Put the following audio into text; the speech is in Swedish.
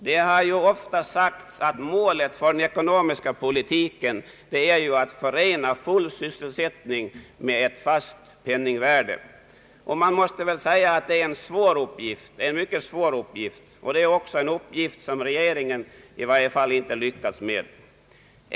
Det har ofta sagts att målet för den ekonomiska politiken är att förena full sysselsättning med ett fast penningvärde. Man måste väl också säga att detta är en mycket svår uppgift och en uppgift som i varje fall regeringen inte lyckats med.